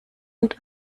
und